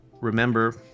remember